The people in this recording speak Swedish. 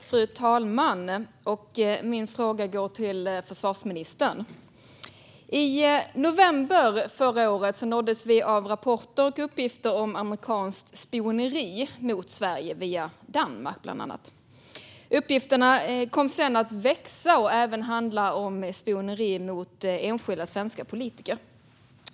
Fru talman! Min fråga går till försvarsministern. I november förra året nåddes vi av rapporter och uppgifter om amerikanskt spioneri mot Sverige via Danmark, bland annat. Ärendet kom sedan att växa och även handla om spioneri mot enskilda svenska politiker.